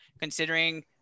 considering